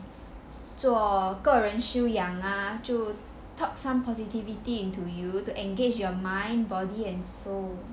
做个人修养 ah 就 top some positivity into you to engage your mind body and soul